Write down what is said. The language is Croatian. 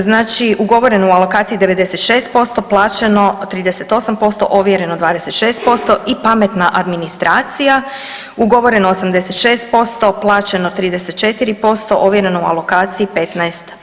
Znači, ugovoreno u alokaciji 96%, plaćeno 38%, ovjereno 26% i pametna administracija, ugovoreno 86%, plaćeno 34%, ovjereno u alokaciji 15%